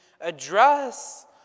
address